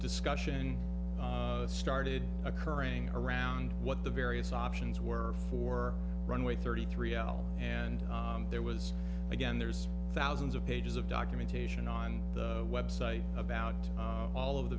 discussion started occurring around what the various options were for runway thirty three l and there was again there's thousands of pages of documentation on the website about all of the